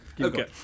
Okay